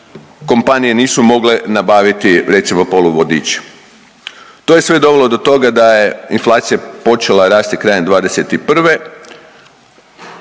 kompanije nisu mogle nabaviti recimo poluvodiče. To je sve dovelo do toga da je inflacija počela rasti krajem '21.,